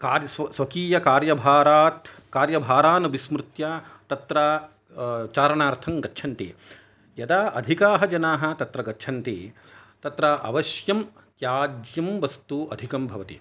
कार्यसु स्वकीय कार्यभारात् कार्यभारान् विस्मृत्य तत्र चारणार्थं गच्छन्ति यदा अधिकाः जनाः तत्र गच्छन्ति तत्र अवश्यं त्याज्यं वस्तु अधिकं भवति